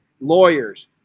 lawyers